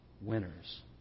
winners